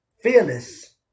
fearless